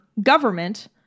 government